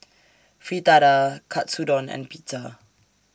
Fritada Katsudon and Pizza